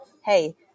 hey